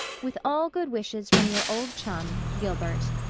with all good wishes from your old chum, gilbert.